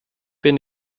bin